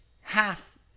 half